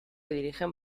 dirigen